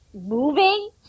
moving